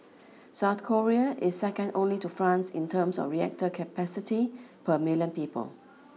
South Korea is second only to France in terms of reactor capacity per million people